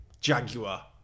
Jaguar